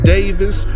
Davis